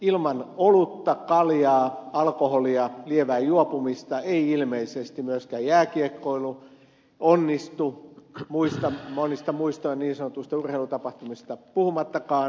ilman olutta kaljaa alkoholia lievää juopumista ei ilmeisesti myöskään jääkiekkoilu onnistu monista muista niin sanotuista urheilutapahtumista puhumattakaan